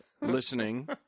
listening